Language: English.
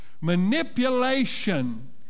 Manipulation